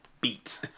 beat